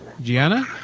Gianna